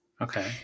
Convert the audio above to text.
Okay